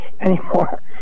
anymore